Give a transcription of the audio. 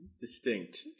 distinct